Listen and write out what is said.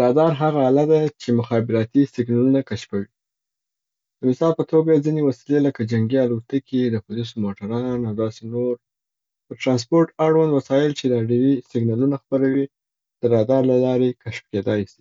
رادار هغه اله ده چې مخابراتي سیګنلونه کشفوي. د مثال په توګه ځیني وسیلې لکه جنګي الوتکي، د پولیسو موټران، او نور داسي د ټرانسپورټ اړوند وسایل چې راډیوي سګنلونه خپروي د رادار له لارې کشف کیدای سي.